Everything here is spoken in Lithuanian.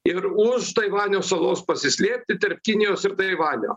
ir už taivanio salos pasislėpti tarp kinijos ir taivanio